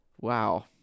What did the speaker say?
wow